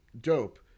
Dope